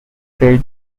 failed